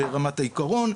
ברמת העקרון.